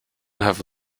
have